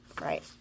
Right